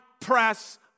press